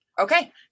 okay